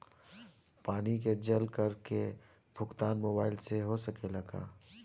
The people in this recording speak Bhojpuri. पानी के जल कर के भुगतान मोबाइल से हो सकेला का?